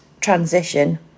transition